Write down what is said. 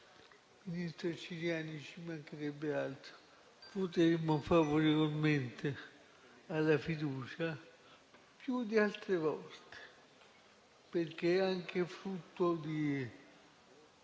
Ministro Ciriani, ci mancherebbe altro, esprimeremo un voto favorevole alla fiducia più di altre volte perché è anche frutto di